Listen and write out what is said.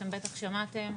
אתם בטח שמעתם,